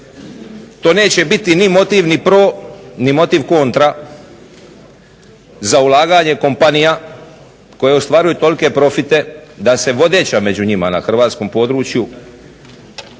to neće biti ni motiv ni pro ni motiv kontra za ulaganje kompanija koje ostvaruju tolike profite da se vodeća među njima na hrvatskom području upravo